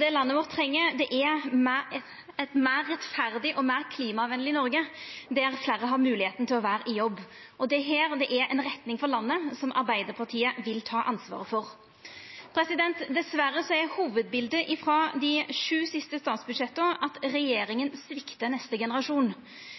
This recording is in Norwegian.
Det landet vårt treng no, er eit meir rettferdig og meir klimavenleg Noreg der fleire har moglegheita til å vera i jobb. Det er ei retning for landet som Arbeidarpartiet vil ta ansvaret for. Dessverre er hovudbiletet frå dei sju siste statsbudsjetta at regjeringa sviktar neste generasjon.